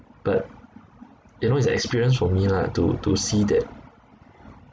but you know it's an experience for me lah to to see that